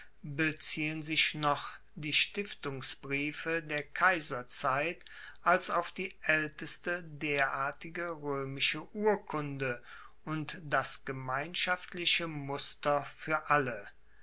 beziehen sich noch die stiftungsbriefe der kaiserzeit als auf die aelteste derartige roemische urkunde und das gemeinschaftliche muster fuer alle